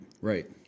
Right